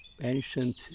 ancient